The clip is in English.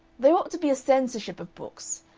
there ought to be a censorship of books.